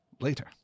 later